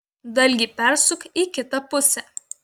dalgį persuk į kitą pusę